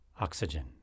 Oxygen